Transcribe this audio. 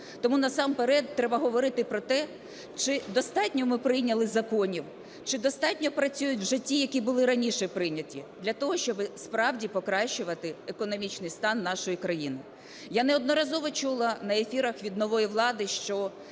Тому насамперед треба говорити про те, чи достатньо ми прийняли законів, чи достатньо працюють в житті, які були раніше прийняті? Для того, щоб справді покращувати економічний стан нашої країни. Я неодноразово чула на ефірах від нової влади, що